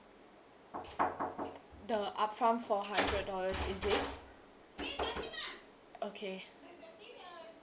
the upfront four hundred dollars is it okay